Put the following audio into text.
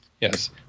yes